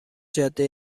جاده